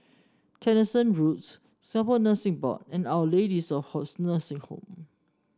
Tessensohn Road Singapore Nursing Board and Our Lady of Lourdes Nursing Home